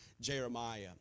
Jeremiah